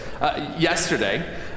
Yesterday